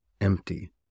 empty